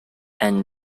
and